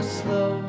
slow